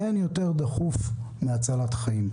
אין יותר דחוף מהצלת חיים.